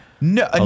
No